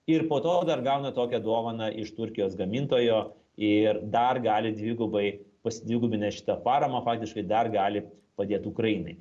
ir po to dar gauna tokią dovaną iš turkijos gamintojo ir dar gali dvigubai pasidvigubinę šitą paramą praktiškai dar gali padėt ukrainai